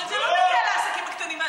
אבל זה לא נוגע לעסקים הקטנים.